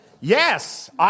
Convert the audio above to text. Yes